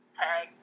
tag